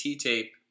tape